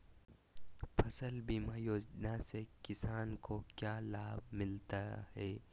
फसल बीमा योजना से किसान को क्या लाभ मिलता है?